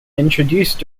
introduced